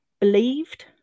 believed